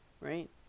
Right